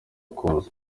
kuza